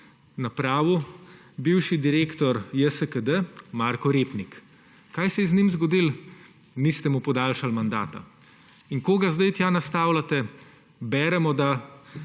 napravil bivši direktor JSKD Marko Repnik. Kaj se je z njim zgodilo? Niste mu podaljšali mandata. In koga zdaj tja nastavljate? Beremo, da